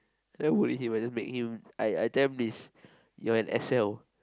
never bully him I just make him I I tell him you're an S_L